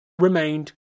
remained